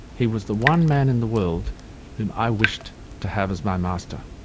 he was the one man in the world whom i wished to have as my master.